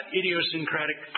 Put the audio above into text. idiosyncratic